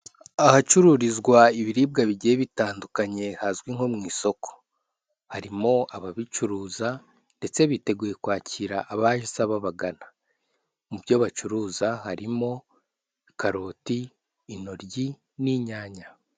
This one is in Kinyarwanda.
Ahacururizwa ibiribwa bigiye bitandukanye hazwi nko mu isoko. Harimo ababicuruza ndetse biteguye kwakira abaza babagana. Mu byo bacuruza harimo karoti, intoryi n'inyanya.